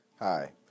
Hi